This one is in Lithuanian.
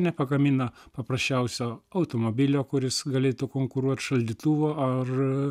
nepagamina paprasčiausio automobilio kuris galėtų konkuruot šaldytuvo ar